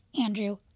Andrew